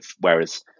whereas